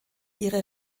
ihre